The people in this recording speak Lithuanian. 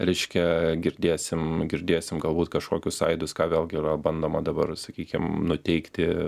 reiškia girdėsim girdėsim galbūt kažkokius aidus ką vėlgi yra bandoma dabar sakykim nuteikti